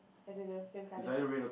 I don't know same color code